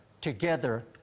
together